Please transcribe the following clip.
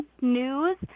news